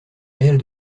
réel